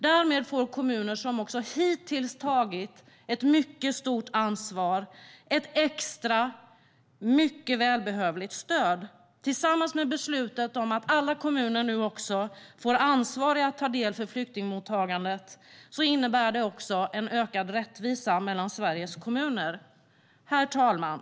Därmed får kommuner som också hittills har tagit ett stort ansvar ett extra, mycket välbehövligt stöd. Tillsammans med beslutet om att alla kommuner nu blir ansvariga för att ta del av flyktingmottagandet innebär detta också en ökad rättvisa mellan Sveriges kommuner. Herr talman!